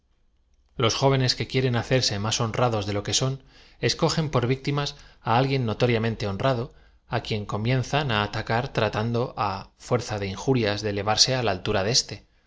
los jóvenes que quieren hacerse más honrados de lo que son escogen por víctim a á alguien notoriamen te honrado á quien comienzan por atacar tratando i fuerza de iojurias de elevarse á la altura de éste